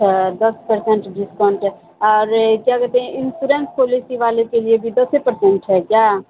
اچھا دس percent discount ہے اور کیا کہتے ہیں انشورنس پالیسی والے کے لیے بھی دس پرسینٹ ہے کیا